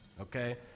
Okay